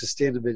sustainability